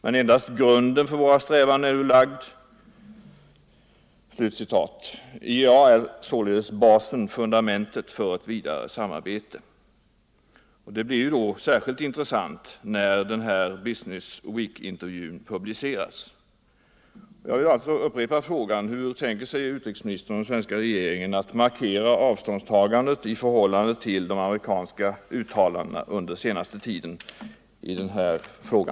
Men endast grunden för våra strävanden är nu lagd.” IEP är således basen och fundamentet för ett vidare samarbete. Det uttalandet blir särskilt intressant sedan intervjun i Business Week publicerats. Jag vill alltså ställa frågan: Hur tänker utrikesministern och den svenska regeringen markera ett avståndstagande från de amerikanska uttalandena angående oljesamarbetet som åsyftas i min fråga?